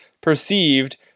perceived